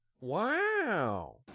Wow